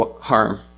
harm